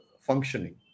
functioning